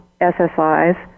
SSIs